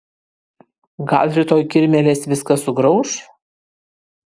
gal rytoj kirmėlės viską sugrauš